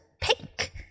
pink